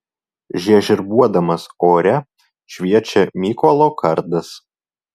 žiežirbuodamas ore šviečia mykolo kardas